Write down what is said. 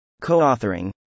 Co-authoring